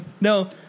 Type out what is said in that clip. No